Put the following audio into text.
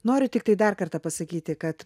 noriu tiktai dar kartą pasakyti kad